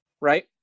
Right